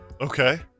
Okay